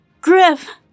GRIFF